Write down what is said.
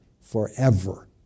forever